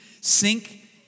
sink